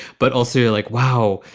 but also you're like, wow,